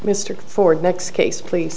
mr ford next case please